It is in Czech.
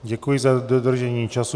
Děkuji za dodržení času.